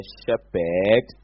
shepherd